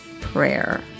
prayer